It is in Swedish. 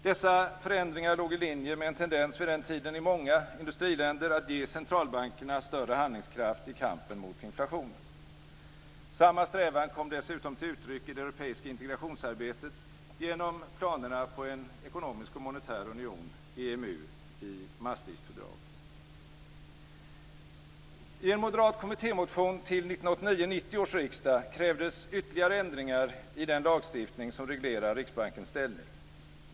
Dessa förändringar låg i linje med en tendens vid den tiden i många industriländer att ge centralbankerna större handlingskraft i kampen mot inflationen. Samma strävan kom dessutom till uttryck i det europeiska integrationsarbetet genom planerna på en ekonomisk och monetär union, I en moderat kommittémotion till 1989/90 års riksdag krävdes ytterligare ändringar i den lagstiftning som reglerar Riksbankens ställning.